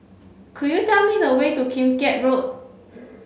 could you tell me the way to Kim Keat Road